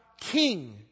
king